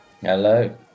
Hello